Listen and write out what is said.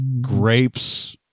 grapes